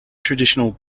traditional